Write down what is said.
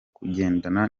kugendana